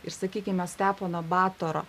ir sakykime stepono batoro